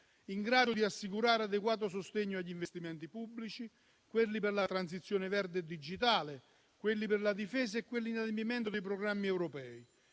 in grado di assicurare adeguato sostegno agli investimenti pubblici, quelli per la transizione verde e digitale, quelli per la difesa e quelli in adempimento dei programmi europei.